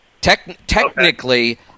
Technically